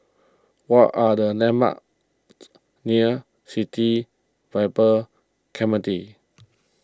what are the landmarks near City Vibe Clementi